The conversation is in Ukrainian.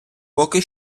поки